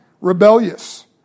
rebellious